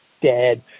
dead